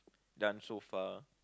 done so far